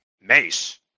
Mace